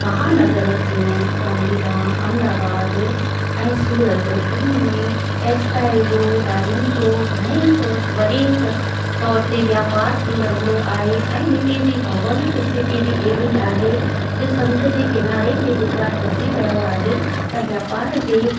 महानगर जीअं गांधी धाम अहमदाबाद ऐं सूरत इन्हनि में टैक्स्टाइल जो डायमंड जो घणे ई तौरु वॾे तौर ते वापार थी रहंदो आहे ऐं हिते जी भौगोलिक स्थिति बि अहिड़ी आहे जो समुंड जे किनारे ते गुजरात वसी रहियो आहे त वापार जे